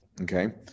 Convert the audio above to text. Okay